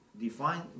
define